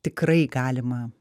tikrai galima